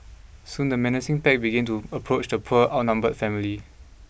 soon the menacing pack began to approach the poor outnumbered family